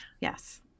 yes